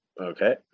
Okay